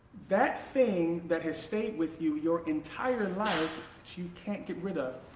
that thing that has stayed with you your entire life that you can't get rid of.